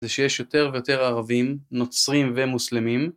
זה שיש יותר ויותר ערבים, נוצרים ומוסלמים.